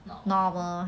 normal